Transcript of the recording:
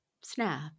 Snap